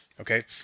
okay